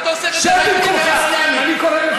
שב במקומך, על חשבון.